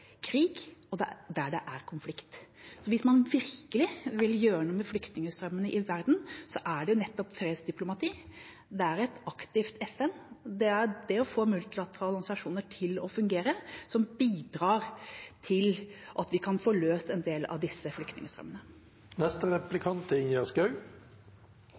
krig, og der det er konflikt. Og hvis man virkelig vil gjøre noe med flyktningstrømmene i verden: Det er nettopp fredsdiplomati, et aktivt FN og det å få multilaterale organisasjoner til å fungere som bidrar til at vi kan får løst en del rundt disse